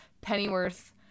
Pennyworth